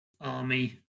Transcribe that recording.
army